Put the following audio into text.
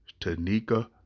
Tanika